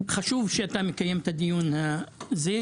חשוב שאתה מקיים את הדיון הזה,